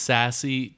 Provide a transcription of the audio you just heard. Sassy